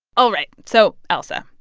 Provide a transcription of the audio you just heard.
all right. so, ailsa,